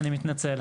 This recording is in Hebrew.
אני מתנצל,